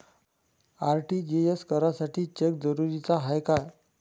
RTGS करासाठी cheque जरुरीचा हाय काय?